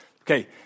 Okay